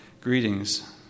Greetings